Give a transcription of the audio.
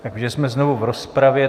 Takže jsme znovu v rozpravě.